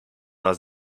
nas